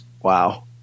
Wow